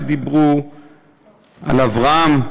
על אברהם,